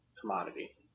commodity